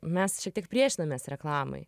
mes šiek tiek priešinamės reklamai